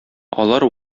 алар